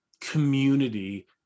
community